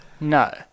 no